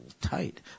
tight